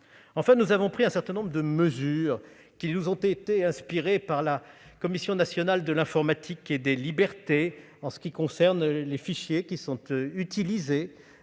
Enfin, nous avons pris un certain nombre de mesures, qui nous ont été inspirées par la Commission nationale de l'informatique et des libertés (CNIL), pour ce qui concerne les fichiers utilisés